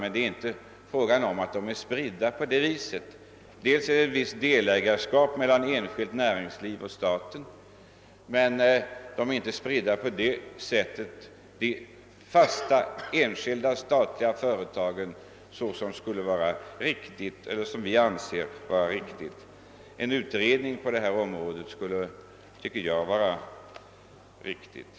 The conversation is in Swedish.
Men det förekommer bara ett visst delägarskap mellan enskilt näringsliv och staten, och spridningen av aktierna har inte ordnats på det sätt som enligt vår uppfattning vore riktigt. En utredning på detta område skulle därför enligt min mening vara befogad.